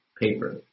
paper